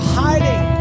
hiding